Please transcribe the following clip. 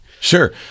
Sure